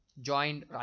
joined